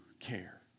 care